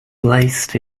placed